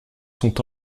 sont